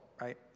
right